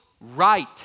right